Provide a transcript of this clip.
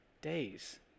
days